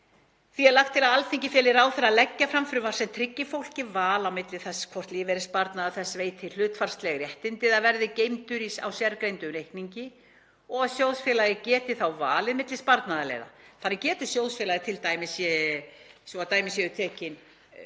Því er lagt til að Alþingi feli ráðherra að leggja fram frumvarp sem tryggi fólki val á milli þess hvort lífeyrissparnaður þess veiti hlutfallsleg réttindi eða verði geymdur á sérgreindum reikningi og að sjóðfélagi geti þá valið milli sparnaðarleiða. Þannig geti sjóðfélagi sem dæmi valið